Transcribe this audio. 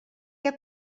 què